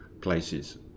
places